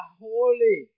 holy